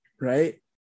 right